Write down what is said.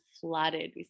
flooded